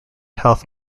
health